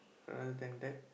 rather than that